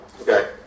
Okay